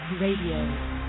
RADIO